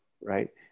right